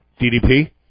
DDP